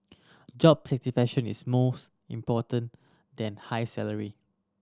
job satisfaction is most important than high salary